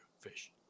fish